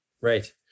Right